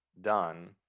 done